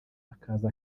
akaza